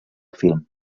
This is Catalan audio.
film